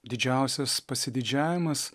didžiausias pasididžiavimas